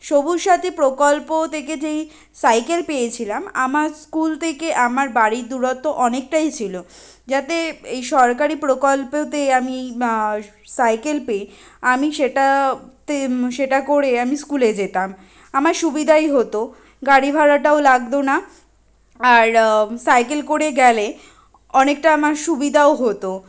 সবুজ সাথী প্রকল্প থেকে যেই সাইকেল পেয়েছিলাম আমার স্কুল থেকে আমার বাড়ির দূরত্ব অনেকটাই ছিলো যাতে এই সরকারি প্রকল্পতে আমি সাইকেল পেয়ে আমি সেটাতে সেটা করে আমি স্কুলে যেতাম আমার সুবিধাই হতো গাড়ি ভাড়াটাও লাগতো না আর সাইকেল করে গেলে অনেকটা আমার সুবিধাও হতো